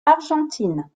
argentine